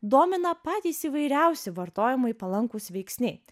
domina patys įvairiausi vartojimui palankūs veiksniai